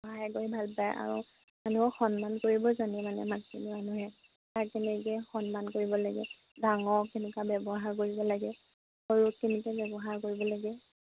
সহায় কৰি ভাল পায় আৰু মানুহক সন্মান কৰিব জানে মানে মাজুলী মানুহে কাক কেনেকৈ সন্মান কৰিব লাগে ডাঙৰক কেনেকুৱা ব্যৱহাৰ কৰিব লাগে সৰুক কেনেকৈ ব্যৱহাৰ কৰিব লাগে